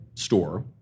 store